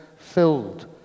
filled